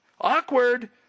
Awkward